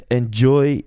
enjoy